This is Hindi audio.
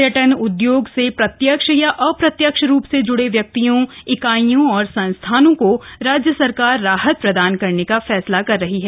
पर्यटन उदयोग से प्रत्यक्ष या अप्रत्यक्ष रूप से जुड़े व्यक्तियों इकाइयों और संस्थानों को राज्य सरकार राहत प्रदान करने का फैसला किया है